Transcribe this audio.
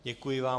Děkuji vám.